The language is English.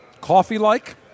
coffee-like